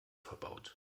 verbaut